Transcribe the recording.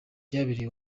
byabereye